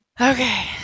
Okay